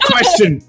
Question